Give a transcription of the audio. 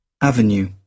Avenue